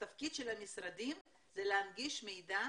התפקיד של המשרדים זה להנגיש מידע